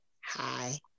Hi